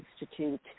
institute